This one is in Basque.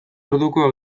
orduko